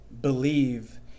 believe